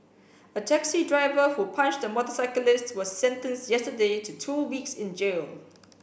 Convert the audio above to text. a taxi driver who punched the motorcyclist was sentenced yesterday to two weeks in jail